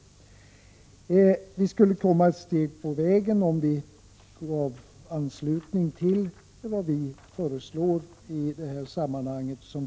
Man skulle komma ett steg på vägen om de andra partierna anslöt sig till vad vi föreslår i reservation 19.